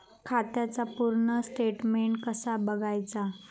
खात्याचा पूर्ण स्टेटमेट कसा बगायचा?